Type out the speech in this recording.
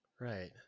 Right